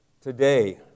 Today